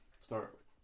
start